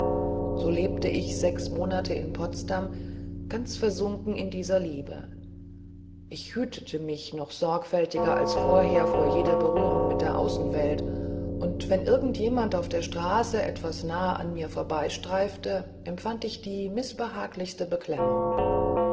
so lebte ich sechs monate in potsdam ganz versunken in dieser liebe ich hütete mich noch sorgfältiger als vorher vor jeder berührung mit der außenwelt und wenn irgend jemand auf der straße etwas nahe an mir vorbeistreifte empfand ich die mißbehaglichste beklemmung